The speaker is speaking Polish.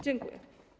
Dziękuję.